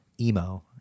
emo